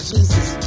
Jesus